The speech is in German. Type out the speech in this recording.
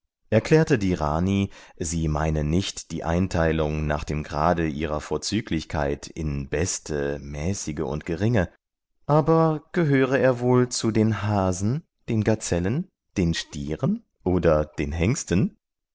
erklärte die rani sie meine nicht die einteilung nach dem grade ihrer vorzüglichkeit in beste mäßige und geringe aber gehöre er wohl zu den hasen den gazellen den stieren oder den hengsten